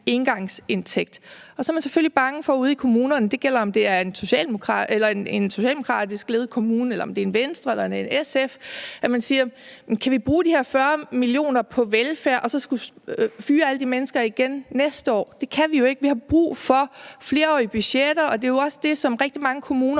engangsindtægt. Og ude i kommunerne – det gælder om det er en socialdemokratisk ledet kommune, eller om det er en Venstreledet kommune, eller om det er en SF-ledet kommune – spørger man: Kan vi bruge de her 40 mio. kr. på velfærd og så skulle fyre alle de her mennesker igen næste år? Det kan vi jo ikke. Vi har brug for flerårige budgetter, og det er jo også det, som rigtig mange kommuner,